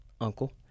uncle